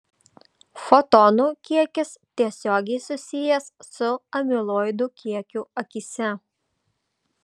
fotonų kiekis tiesiogiai susijęs su amiloidų kiekiu akyse